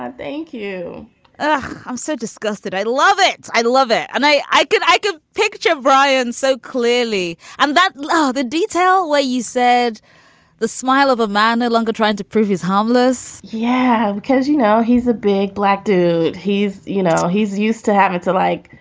thank you i'm so disgusted. i love it. i love it. and i i could i could picture brian so clearly and that love the detail, what you said the smile of a man no longer trying to prove he's harmless yeah. cause, you know, he's a big black dude. he's you know, he's used to having to, like,